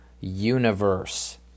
universe